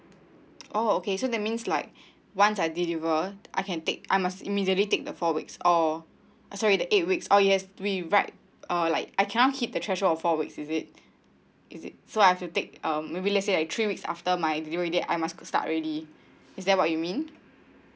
oh okay so that means like once I deliver I can take I must immediately take the four weeks or sorry the eight weeks oh yes we right uh like I cannot hit the threshold of four weeks is it is it so I've to take um maybe let's say like three weeks after my delivery date I must start already is that what you mean